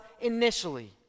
initially